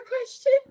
question